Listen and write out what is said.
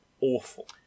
awful